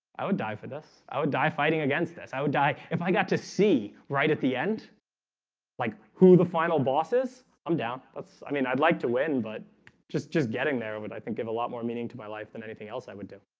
i would die for this i would die fighting against this i would die if i got to see right at the end like who the final bosses i'm down that's i mean i'd like to win but just just getting there but i think give a lot more meaning to my life than anything else i would do